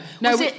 no